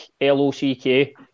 L-O-C-K